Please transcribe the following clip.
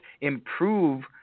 improve